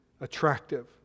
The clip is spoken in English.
attractive